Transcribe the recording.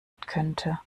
könnte